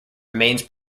remains